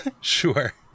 Sure